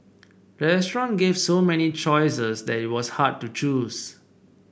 the restaurant gave so many choices that it was hard to choose